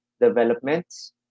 developments